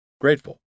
grateful